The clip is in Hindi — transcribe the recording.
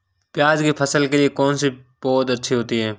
प्याज़ की फसल के लिए कौनसी पौद अच्छी होती है?